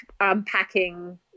unpacking